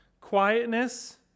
quietness